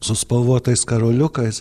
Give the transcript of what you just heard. su spalvotais karoliukais